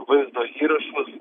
vaizdo įrašus